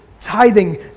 tithing